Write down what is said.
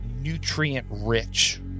nutrient-rich